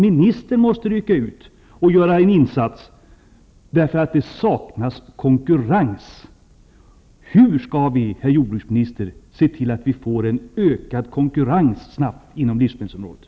Ministern måste rycka ut och göra en insats eftersom det saknas konkurrens. Hur skall vi, herr jordbruksminis ter, se till att vi får en ökad konkurrens snabbt inom livsmedelsområdet?